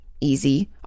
easy